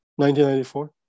1994